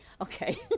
Okay